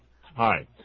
Hi